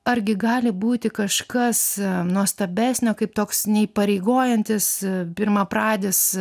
argi gali būti kažkas nuostabesnio kaip toks neįpareigojantis pirmapradis